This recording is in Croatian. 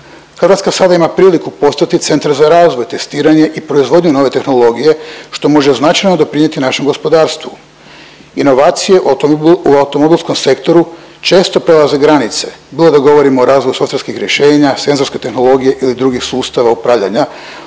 Hrvatska sada ima priliku postati centar za razvoj, testiranje i proizvodnju nove tehnologije, što može značajno doprinijeti našem gospodarstvu. Inovacije u automobilskom sektoru često prelaze granice, bilo da govorimo o razvoju softverskih rješenja, senzorske tehnologije ili drugih sustava upravljanja.